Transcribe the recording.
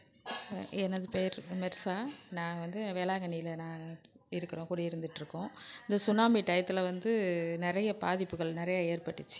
எனது பேர் மெர்சா நாங்கள் வந்து வேளாங்கண்ணியில நான் இருக்கிறோம் குடி இருந்துட்டுருக்கோம் இந்த சுனாமி டைத்தில் வந்து நிறைய பாதிப்புகள் நிறைய ஏற்பட்டுச்சு